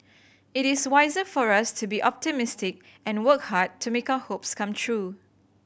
it is wiser for us to be optimistic and work hard to make our hopes come true